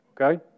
Okay